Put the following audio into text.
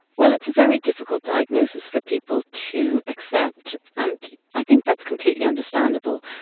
well, it's a very difficult diagnosis for people to accept, and i think that's completely understandable.